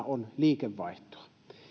on liikevaihtoa